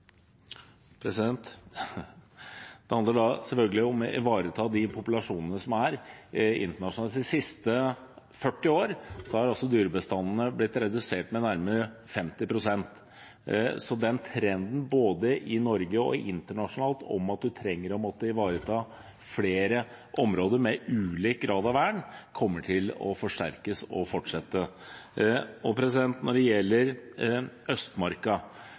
er, internasjonalt sett. De siste 40 år har dyrebestandene blitt redusert med nærmere 50 pst, så den trenden – både i Norge og internasjonalt – med at man trenger å måtte ivareta flere områder, med ulik grad av vern, kommer til å forsterkes og fortsette. Når det gjelder Østmarka: